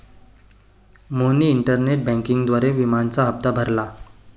मोहनने इंटरनेट बँकिंगद्वारे विम्याचा हप्ता भरला